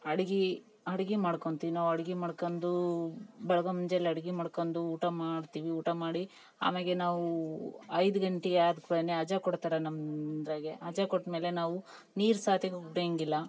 ಅಡಿಗೆ ಅಡಿಗೆ ಮಾಡ್ಕೊಂತಿವಿ ನಾವು ಅಡಿಗೆ ಮಾಡ್ಕಂಡು ಬೆಳ್ಗ ಮುಂಜಾನೆ ಅಡಿಗೆ ಮಾಡ್ಕಂಡು ಊಟ ಮಾಡ್ತಿವಿ ಊಟ ಮಾಡಿ ಆಮ್ಯಾಗೆ ನಾವು ಐದು ಗಂಟೆಯಾದ್ ಅಜ ಕೊಡ್ತರೆ ನಮ್ಮದ್ರಾಗೆ ಅಜ ಕೊಟ್ಮೇಲೆ ನಾವು ನೀರು ಸೈತಿಗು ಕುಡಿಯೊಂಗಿಲ್ಲ